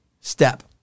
step